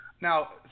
Now